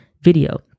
video